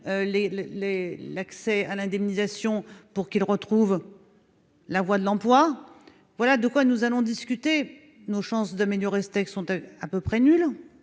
l'accès à l'indemnisation pour qu'ils retrouvent. La voix de l'emploi, voilà de quoi nous allons discuter nos chances d'améliorer steaks sont à peu près nul